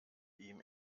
ihm